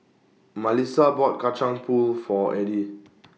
Malissa bought Kacang Pool For Eddy